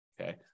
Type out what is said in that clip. Okay